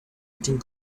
eating